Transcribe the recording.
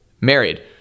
married